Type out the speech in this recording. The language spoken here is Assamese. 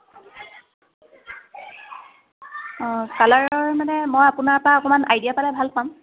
অ' কালাৰৰ মানে মই আপোনাৰ পৰা অকণমান আইদিয়া পালে ভাল পাম